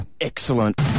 Excellent